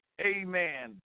amen